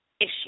issue